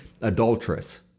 adulteress